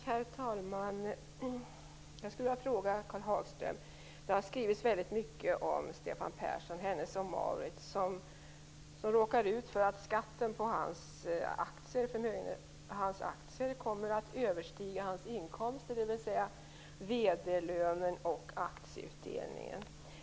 Herr talman! Jag vill ställa en fråga till Karl Hagström. Det har skrivits mycket om Stefan Persson, Hennes & Mauritz. Han råkar ut för att förmögenhetsskatten på hans aktier kommer att överstiga hans inkomster, dvs. vd-lönen och aktieutdelningen.